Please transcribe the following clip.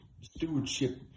stewardship